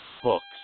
hooks